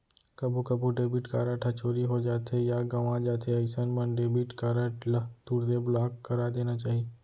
कभू कभू debit card ह चोरी हो जाथे या गवॉं जाथे अइसन मन डेबिट कारड ल तुरते ब्लॉक करा देना चाही